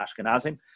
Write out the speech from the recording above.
Ashkenazim